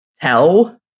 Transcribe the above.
tell